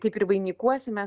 kaip ir vainikuosimės